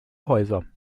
häuser